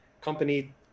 company